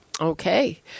Okay